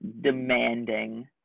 demanding